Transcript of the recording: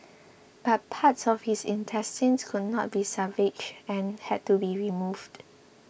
but parts of his intestines could not be salvaged and had to be removed